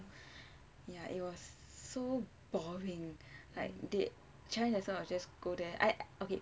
ya it was so boring like they chinese lesson I'll just go there I okay